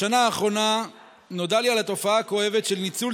בשנה האחרונה נודע לי על התופעה הכואבת של ניצול